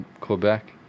Quebec